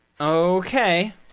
Okay